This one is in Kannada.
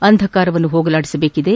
ಅಂಧಕಾರವನ್ನು ಹೋಗಲಾಡಿಸಬೇಕಿದೆ